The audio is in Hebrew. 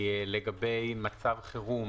לגבי מצב חירום